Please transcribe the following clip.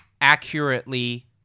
accurately